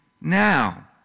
now